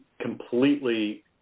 completely